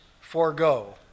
forego